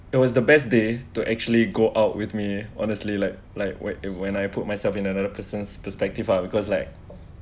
it was the best day to actually go out with me honestly like like when when I put myself in another person's perspective uh because like